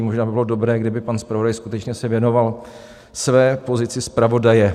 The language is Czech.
Možná by bylo dobré, kdyby pan zpravodaj skutečně se věnoval své pozici zpravodaje.